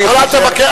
אבל אל תאמר,